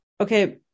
Okay